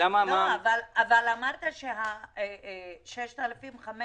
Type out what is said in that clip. אבל אמרת שה-6,500